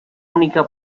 única